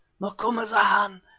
macumazahn.